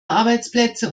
arbeitsplätze